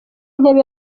ntebe